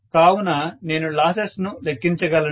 కావున నేను లాసెస్ ను లెక్కించగలను